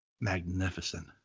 Magnificent